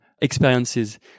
experiences